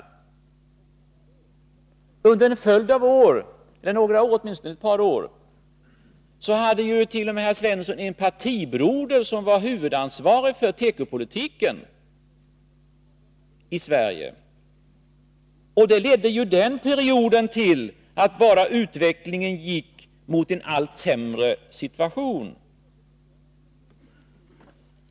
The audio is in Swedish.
Under ett par år hade ju herr Svensson t.o.m. en partibroder som huvudansvarig för tekopolitiken i Sverige. Den perioden ledde till att utvecklingen gick mot en allt sämre situation.